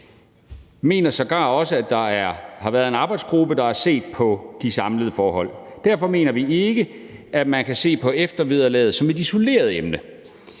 mener sågar også, at der har været en arbejdsgruppe, der har set på de samlede forhold. Derfor mener vi ikke, at man kan se på eftervederlaget som et isoleret emne.